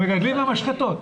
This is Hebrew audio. המגדלים והמשחטות.